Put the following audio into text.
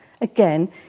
again